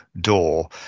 door